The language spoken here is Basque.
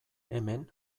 hemen